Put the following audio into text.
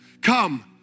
come